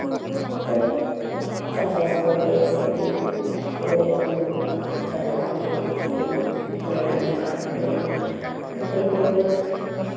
ᱡᱷᱚᱛᱚ ᱪᱟᱥᱼᱵᱟᱥ ᱠᱷᱚᱱᱜᱮ ᱥᱮ ᱵᱤᱨ ᱜᱟᱡᱟᱲ ᱠᱷᱚᱱᱜᱤᱧ ᱡᱩᱫᱤ ᱢᱤᱫ ᱵᱟᱨ ᱠᱟᱛᱷᱟ ᱡᱮᱢᱚᱱ ᱯᱟᱹᱦᱤᱞ ᱫᱚ ᱡᱮᱢᱚᱱ